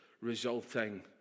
resulting